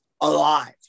alive